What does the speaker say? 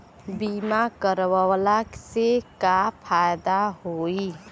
बीमा करवला से का फायदा होयी?